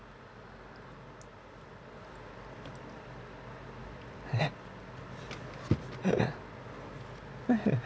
!huh! eh